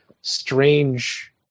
strange